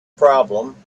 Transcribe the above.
problem